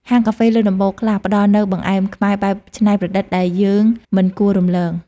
ហាងកាហ្វេលើដំបូលខ្លះផ្ដល់នូវបង្អែមខ្មែរបែបច្នៃប្រឌិត ដែលយើងមិនគួររំលង។ (